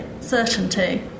certainty